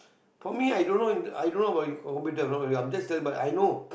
for me i don't know inter i don't know about computer don't worry I'm just telling you but I know